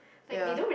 ya